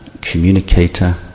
communicator